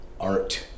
art